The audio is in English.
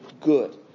good